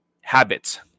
habits